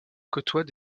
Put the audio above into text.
côtoient